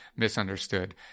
misunderstood